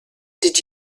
did